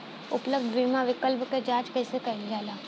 उपलब्ध बीमा विकल्प क जांच कैसे कइल जाला?